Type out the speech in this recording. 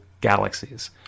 galaxies